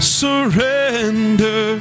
surrender